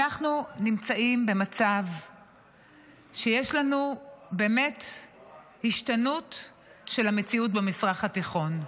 אנחנו נמצאים במצב שיש לנו באמת השתנות של המציאות במזרח התיכון.